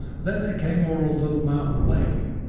then they came over a little mountain lake,